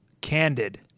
candid